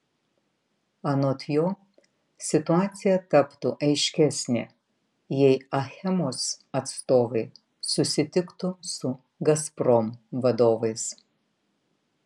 anot jo situacija taptų aiškesnė jei achemos atstovai susitiktų su gazprom vadovais